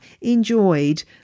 enjoyed